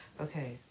Okay